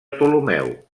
ptolemeu